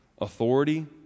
authority